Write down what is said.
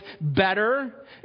better